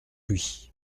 lui